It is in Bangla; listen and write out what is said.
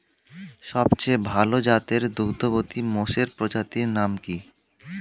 সবচেয়ে ভাল জাতের দুগ্ধবতী মোষের প্রজাতির নাম কি?